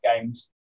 Games